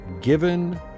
given